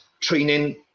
training